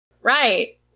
Right